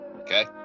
Okay